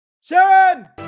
Sharon